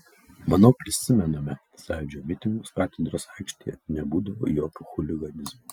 manau prisimename sąjūdžio mitingus katedros aikštėje nebūdavo jokio chuliganizmo